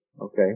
Okay